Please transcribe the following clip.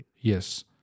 Yes